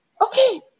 Okay